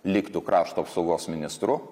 liktų krašto apsaugos ministru